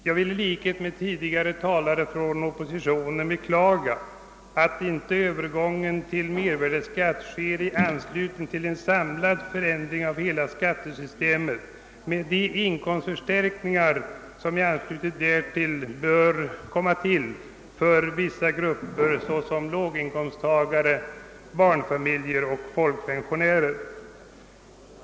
Jag vill i likhet med tidigare talare från oppositionen beklaga, att inte övergången till mervärdeskatt göres i anslutning till en samlad förändring av hela skattesystemet med de inkomstförstärkningar som i samband därmed bör tillföras vissa grupper, såsom låginkomsttagare, barnfamiljer och folkpensionärer.